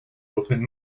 open